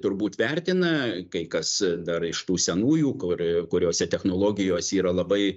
turbūt vertina kai kas dar iš tų senųjų kur kuriose technologijos yra labai